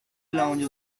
lounge